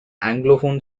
anglophone